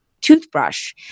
toothbrush